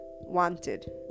wanted